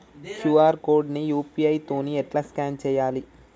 QR code ని UPI తోని ఎట్లా స్కాన్ చేయాలి?